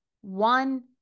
one